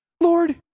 Lord